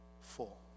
Full